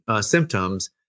symptoms